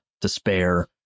despair